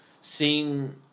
seeing